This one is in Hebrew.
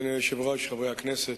אדוני היושב-ראש, חברי הכנסת,